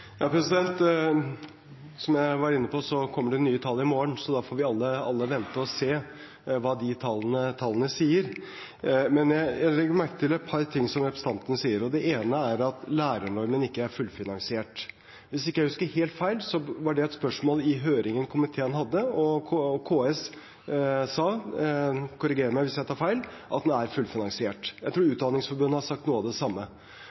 Som jeg var inne på, kommer det nye tall i morgen. Da får vi alle vente og se hva de tallene sier. Jeg legger merke til et par ting representanten sier, og den ene er at lærernormen ikke er fullfinansiert. Hvis jeg ikke husker helt feil, var det et spørsmål i høringen komiteen hadde, og KS sa – korriger meg hvis jeg tar feil – at den er fullfinansiert. Jeg tror Utdanningsforbundet har sagt noe av det samme.